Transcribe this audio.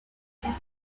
death